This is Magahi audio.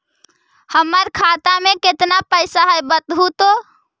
हमर खाता में केतना पैसा है बतहू तो?